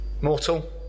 Mortal